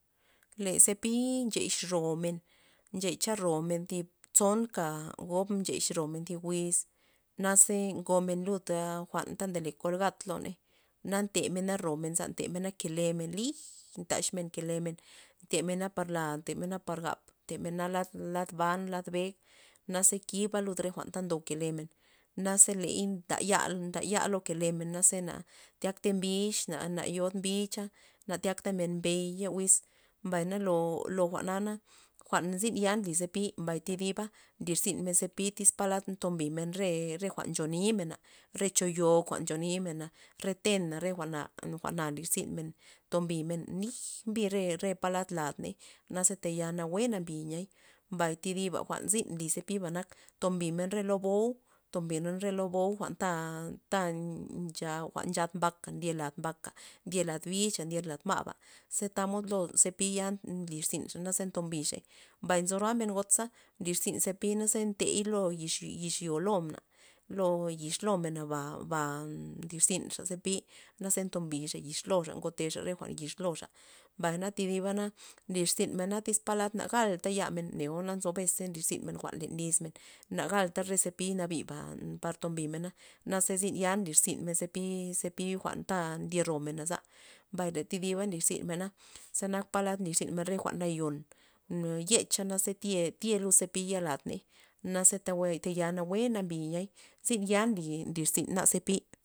Le zepi' nxex romen, nxecha romen thib tsonka gob nxex romen thi wiz, naze ngomen lud a jwa'n ta ndole kolgat loney na ntemena romen za ntemena kelemen lij taxmen kelemen temena par la temena par gap temena par lad- lad ban lad bej naze kiba lud re jwa'n ndob kelemen naze len ndaya ya lo kelemen ze na tyaktey mbix na yod mbicha na tyak tamen mbey ye wiz mbay na lo- lo jwa'na zyn ya nli zepi mbay thidiba nlirzynmen zepi tyz palad ntombimen re- re jwa'n ncho nimen re cho yoj jwa'n ncho nimen na re tena re jwa'na jwa'na nlirzynmen ntombimen nij re- re palad ladney naze tayal nawue nambi niay mbay thi diba jwa'n zyn nly zepiba nak ntombimen lo re bou' ntombimen lo re bou'jwa'nta- ta nchad mbaka ndye lad mbaka ndye lad bixa ndye lad ma'ba ze tamod lo zepi nlir zynmen za ntom bixey nzo roa men got za nlirzyn zepi ntey lo yix- yix yo lomen ba lo yix lomena ba, ba nlir zynxa zepi naze ntombixa yix loxa ngotexa re yix loxa mbay na thidiba na nlirzynmena na galta yamen neo na nzo bes nlirzyn men jwa'n len lyzmen nabalta re zepi nabi ba par tombi mena naze zyn ya nlirzynmena naze zepi- zepi jwa'n ta ndye romenaza mbay de thi diba nlirzynmen zenak palad nlirzynmen re jwa'n nayon yecha na tye- tye lud zepi lad ney, naze tayal nawue nambi zynya nly rzyna zepi.